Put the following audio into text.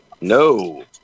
No